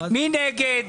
מי נגד?